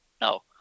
No